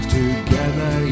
together